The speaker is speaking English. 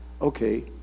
Okay